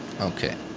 Okay